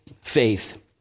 faith